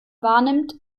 wahrnimmt